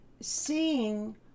seeing